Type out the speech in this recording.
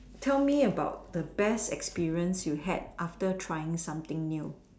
tell me about the best experience you had after trying something new